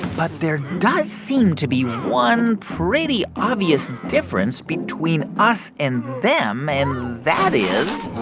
but there does seem to be one pretty obvious difference between us and them, and that is.